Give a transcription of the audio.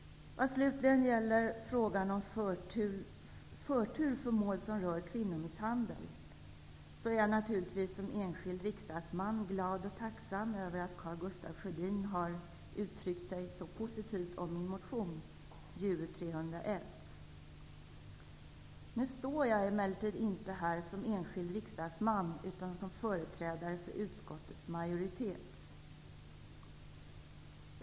Vad slutligen gäller frågan om förtur för mål som rör kvinnomisshandel är jag som enskild riksdagsledamot naturligtvis glad och tacksam över att Karl Gustaf Sjödin har uttryckt sig så positivt om min motion Ju301. Nu är jag emellertid inte här som enskild riksdagsledamot utan som företrädare för utskottets majoritet.